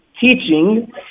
teaching